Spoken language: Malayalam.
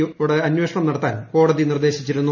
യോട് അന്വേഷണം നടത്താൻ കോടതി നിർദ്ദേശിച്ചിരുന്നു